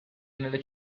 nelle